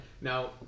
Now